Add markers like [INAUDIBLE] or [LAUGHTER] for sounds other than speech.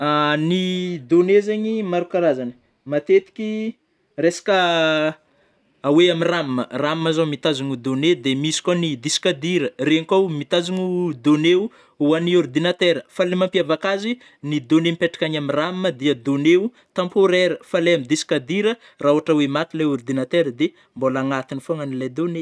[HESITATION] Ny données zegny maro karazany, matetiky resaka [HESITATION] oe am ram - ram zao mitazogno données de misy koa ny diska dur a, regny koao mitazogno données o hoan'ny ordinatera fa le mampiavaka azy ny données mipetraka agny am ram dia données o temporaire fô lai am dika dur a rah ôhatra oe maty le ordinatera de mbola agnatigny fôgna le données.